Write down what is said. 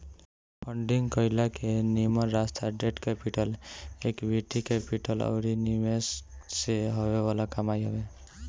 funding कईला के निमन रास्ता डेट कैपिटल, इक्विटी कैपिटल अउरी निवेश से हॉवे वाला कमाई हवे